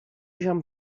jean